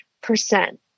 percent